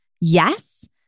yes